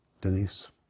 Denise